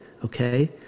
okay